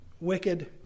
wicked